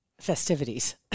festivities